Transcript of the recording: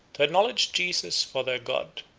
to acknowledge jesus for their god,